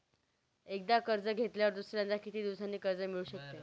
एकदा कर्ज घेतल्यावर दुसऱ्यांदा किती दिवसांनी कर्ज मिळू शकते?